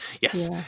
Yes